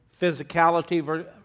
physicality